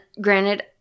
granted